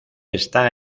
está